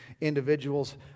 individuals